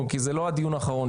כי זה לא הדיון האחרון.